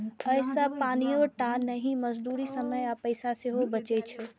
अय से पानिये टा नहि, मजदूरी, समय आ पैसा सेहो बचै छै